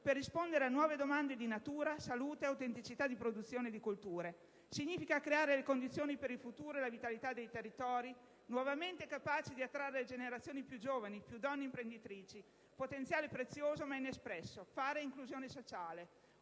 per rispondere a nuove domande legate al bisogno di natura, di salute, di autenticità di produzione e di colture. Significa creare migliori condizioni per il futuro e la vitalità dei territori, nuovamente capaci di attrarre generazioni più giovani, più donne imprenditrici (potenziale prezioso ma inespresso), per fare inclusione sociale.